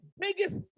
biggest